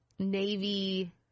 Navy